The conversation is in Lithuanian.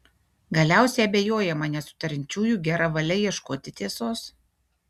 galiausiai abejojama nesutariančiųjų gera valia ieškoti tiesos